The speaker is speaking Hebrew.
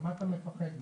אז מה אתה מפחד מזה?